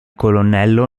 colonnello